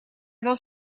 was